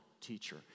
teacher